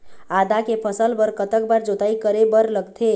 आदा के फसल बर कतक बार जोताई करे बर लगथे?